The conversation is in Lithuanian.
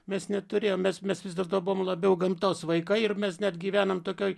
mes neturėjom mes mes vis dėlto buvom labiau gamtos vaikai ir mes net gyvenom tokioj